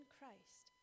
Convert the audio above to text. Christ